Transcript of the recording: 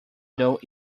though